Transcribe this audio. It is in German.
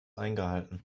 eingehalten